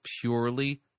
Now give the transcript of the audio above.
purely